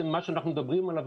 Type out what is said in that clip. מה שאנחנו מדברים עליו,